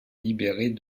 libérés